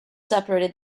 separated